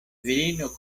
virino